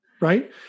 Right